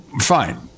Fine